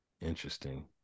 interesting